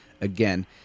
again